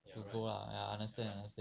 ah I understand understand